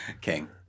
King